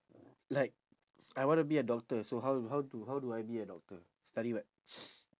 like I wanna be a doctor so how how do how do I be a doctor study what